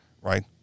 Right